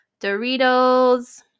Doritos